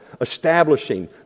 Establishing